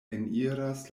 eniras